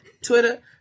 Twitter